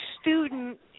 student